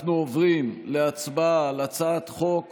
אנחנו עוברים להצבעה על הצעת חוק